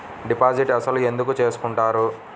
Deposit అసలు ఎందుకు చేసుకుంటారు?